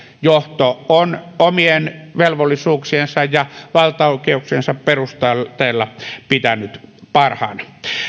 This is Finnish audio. johto on omien velvollisuuksiensa ja valtaoikeuksiensa perusteella pitänyt parhaana